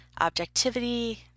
objectivity